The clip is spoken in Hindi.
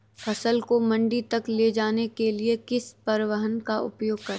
फसल को मंडी तक ले जाने के लिए किस परिवहन का उपयोग करें?